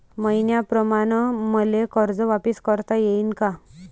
मईन्याप्रमाणं मले कर्ज वापिस करता येईन का?